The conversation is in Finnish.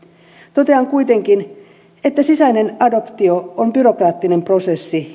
totean kuitenkin että sisäinen adoptio on byrokraattinen prosessi